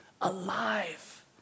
Alive